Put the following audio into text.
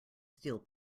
steel